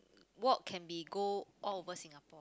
walk can be go all over Singapore